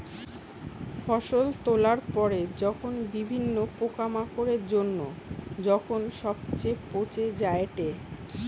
ফসল তোলার পরে যখন বিভিন্ন পোকামাকড়ের জন্য যখন সবচে পচে যায়েটে